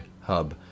hub